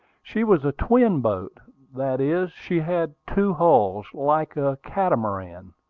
she was a twin boat that is, she had two hulls, like a catamaran.